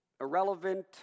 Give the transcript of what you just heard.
irrelevant